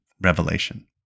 revelation